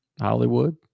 Hollywood